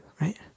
right